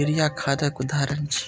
urea खादक उदाहरण छियै